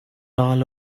all